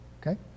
Okay